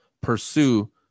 pursue